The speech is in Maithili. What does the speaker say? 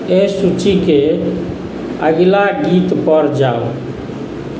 एहि सूचीके अगिला गीतपर जाउ